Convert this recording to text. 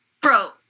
bro